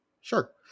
sure